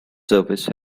service